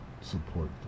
support